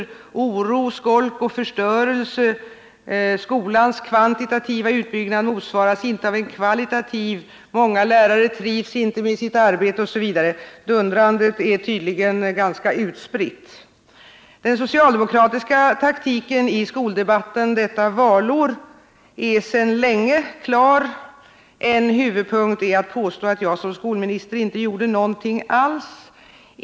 Det talas om oro, skolk och förstörelse, om att skolans kvantitativa utveckling inte motsvaras av en kvalitativ, att många lärare inte trivs med sitt arbete, osv. — Dundrandet är tydligen ganska utspritt. Den socialdemokratiska taktiken i skoldebatten detta valår är klar sedan länge. En huvudpunkt är att påstå att jag som skolminister inte gjorde någonting alls.